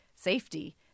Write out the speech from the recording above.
safety